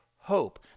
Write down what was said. hope